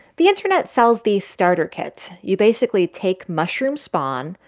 the internet sells the starter kit. you basically take mushroom spawn,